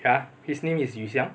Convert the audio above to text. ya his name is yu xiang